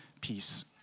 peace